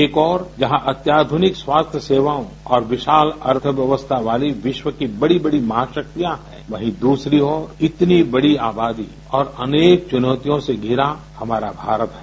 एक ओर जहां अत्याधुनिक स्वास्थ्य सेवाओं और विशाल अर्थव्यवस्था वाली विश्व की बड़ी बड़ी महाशक्तियाँ हैं वहीं दूसरी ओर इतनी बड़ी आबादी और अनेक चुनौतियों से घिरा हमारा भारत है